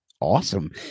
Awesome